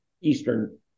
eastern